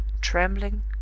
trembling